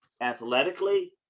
Athletically